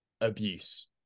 abuse